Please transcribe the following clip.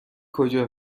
کجا